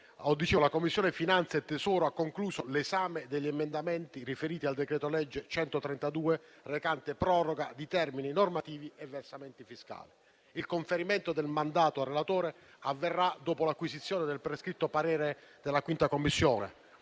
la Commissione finanze e tesoro ha concluso l'esame degli emendamenti riferiti al decreto-legge n. 132, recante proroga di termini normativi e versamenti fiscali. Il conferimento del mandato al relatore avverrà dopo l'acquisizione del prescritto parere della 5a Commissione